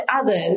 others